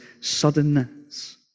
suddenness